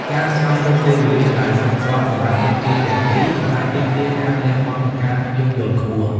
ការស្វែងរកពេលវេលាដែលសមស្របសម្រាប់ភាគីទាំងពីរ អាចទាមទារការលះបង់ និងការយោគយល់ខ្ពស់។